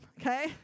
okay